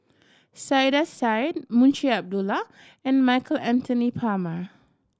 Saiedah Said Munshi Abdullah and Michael Anthony Palmer